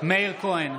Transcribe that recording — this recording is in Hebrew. מאיר כהן,